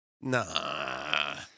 Nah